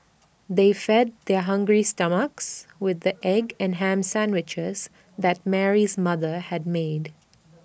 they fed their hungry stomachs with the egg and Ham Sandwiches that Mary's mother had made